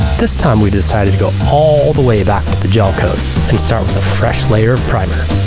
this time we decided to go all the way back to the gel coat and start with a fresh layer of primer.